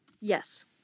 Yes